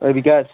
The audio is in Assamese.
ঐ বিকাশ